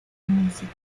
música